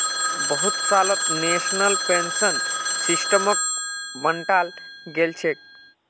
बहुत सालत national pension सिस्टमक बंटाल गेलछेक